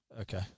Okay